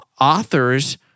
authors